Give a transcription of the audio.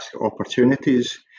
opportunities